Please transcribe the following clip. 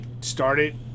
started